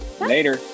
later